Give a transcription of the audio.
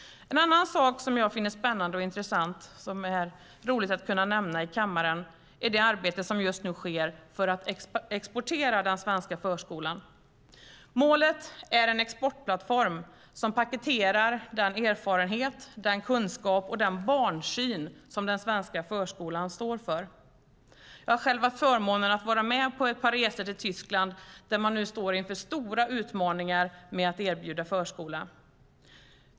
En annan sak som jag finner spännande och intressant och som det är roligt att kunna nämna i kammaren är det arbete som just nu sker för att exportera den svenska förskolan. Målet är en exportplattform som paketerar den erfarenhet, den kunskap och den barnsyn som den svenska förskolan står för. Jag har själv haft förmånen att få vara med på ett par resor till Tyskland, där man nu står inför stora utmaningar med att erbjuda förskola.